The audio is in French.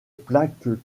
plaque